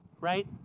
right